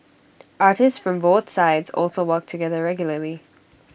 artists from both sides also work together regularly